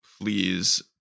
Please